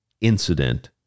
incident